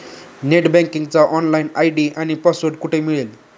Net बँकिंगचा login ID आणि password कुठे मिळेल?